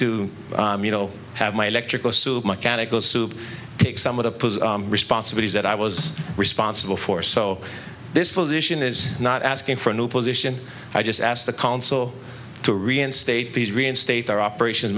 to you know have my electrical suit mechanical soup take someone to put a responsible use that i was responsible for so this position is not asking for a new position i just asked the council to reinstate these reinstate their operations